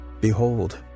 Behold